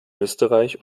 österreich